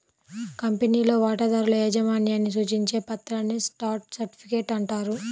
కంపెనీలో వాటాదారుల యాజమాన్యాన్ని సూచించే పత్రాన్నే స్టాక్ సర్టిఫికేట్ అంటారు